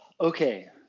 Okay